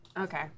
Okay